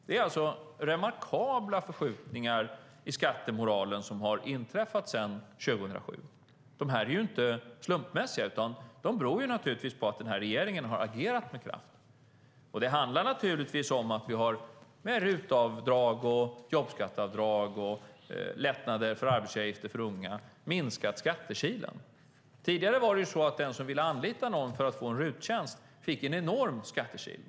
Det är alltså remarkabla förskjutningar i skattemoralen som har inträffat sedan 2007. De är inte slumpmässiga utan beror naturligtvis på att regeringen har agerat med kraft. Med RUT-avdrag, jobbskatteavdrag och lättnader i arbetsgivaravgiften för unga har vi minskat skattekilen. Tidigare var det så att den som anlitade någon för en RUT-tjänst fick en enorm skattekil.